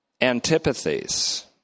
antipathies